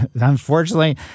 Unfortunately